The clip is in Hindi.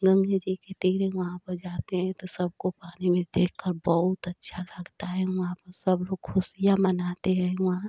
गंगे जी के तीरे वहाँ पा जाते हैं तो सबको पानी में देख कर बहुत अच्छा लगता है वहाँ पर सब लोग खुशियाँ मनाते हैं वहाँ